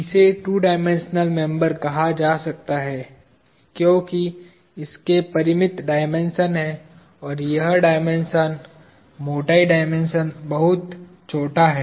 इसे 2 dimensional member कहा जा सकता है क्योंकि इसके परिमित डायमेंशन हैं और यह डायमेंशन मोटाई डायमेंशन बहुत छोटा है